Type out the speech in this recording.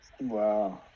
Wow